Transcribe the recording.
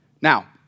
Now